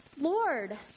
Lord